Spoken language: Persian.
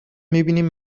میبینیم